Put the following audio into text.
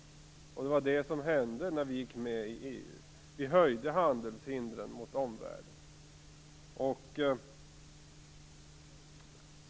Det var det som hände när vi gick med i EU. Vi höjde handelshindren mot omvärlden.